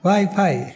Wi-Fi